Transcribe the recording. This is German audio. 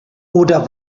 oder